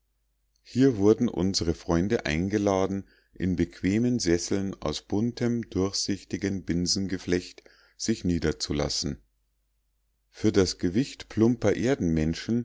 hier wurden unsre freunde eingeladen in bequemen sesseln aus buntem durchsichtigen binsengeflecht sich niederzulassen für das gewicht plumper